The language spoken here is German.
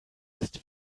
ist